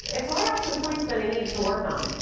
it brought out some points that i needed to work on.